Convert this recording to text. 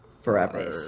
forever